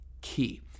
key